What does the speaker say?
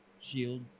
Shield